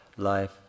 life